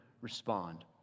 respond